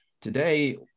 today